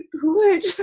good